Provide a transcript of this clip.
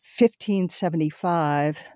1575